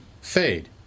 Fade